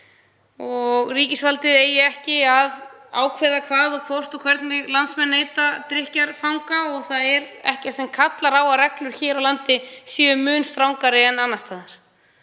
Ríkisvaldið eigi ekki að ákveða hvað og hvort og hvernig landsmenn neyta drykkjarfanga og það er ekkert sem kallar á að reglur hér á landi séu mun strangari en annars staðar.